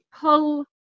pull